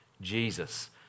Jesus